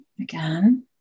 again